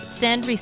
send